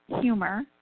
humor